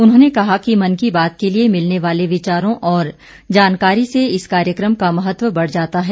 उन्होंने कहा कि मन की बात के लिए मिलने वाले विचारों और जानकारी से इस कार्यक्रम का महत्व बढ़ जाता है